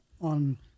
on